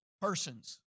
persons